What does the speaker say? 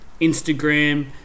Instagram